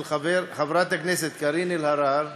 של חברת הכנסת קארין אלהרר,